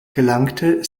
gelangte